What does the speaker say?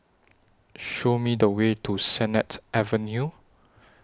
Show Me The Way to Sennett Avenue